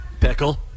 Pickle